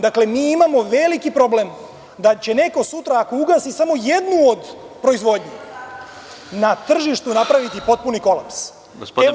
Dakle, mi imamo veliki problem da će neko sutra ako ugasi samo jednu od proizvodnji na tržištu napraviti potpuni kolaps.